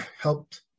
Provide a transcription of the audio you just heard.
helped